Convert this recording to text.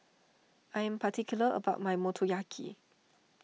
I am particular about my Motoyaki